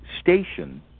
station